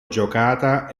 giocata